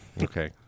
Okay